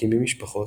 מקימים משפחות,